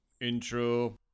intro